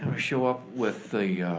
ah show up with the